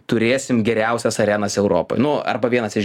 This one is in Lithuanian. turėsim geriausias arenas europoj nu arba vienas iš